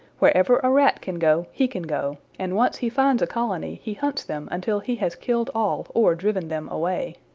wherever a rat can go he can go, and once he finds a colony he hunts them until he has killed all or driven them away.